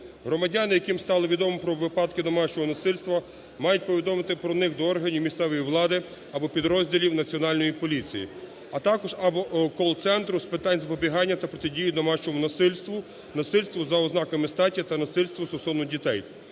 Громадяни, яким стало відомо про випадки домашнього насильства, мають повідомити про них до органів місцевої влади або підрозділів Національної поліції, а також або колл-центру з питань запобігання та протидії домашньому насильству, насильству за ознаками статті та насильству стосовно дітей.